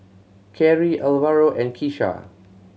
Cary Alvaro and Kisha